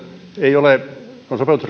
ei ole